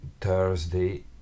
Thursday